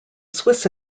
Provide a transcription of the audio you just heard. swiss